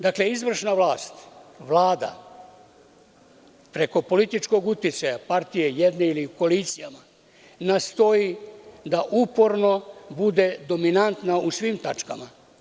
Dakle, izvršna vlast, Vlada, preko političkog uticaja, partije, jedne ili koalicija, nastoji da uporno bude dominantna u svim tačkama.